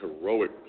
heroic